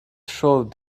showed